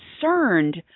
concerned